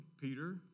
Peter